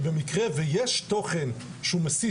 ובמקרה ויש תוכן שהוא מסית,